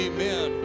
Amen